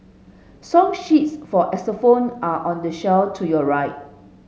song sheets for xylophone are on the shelf to your right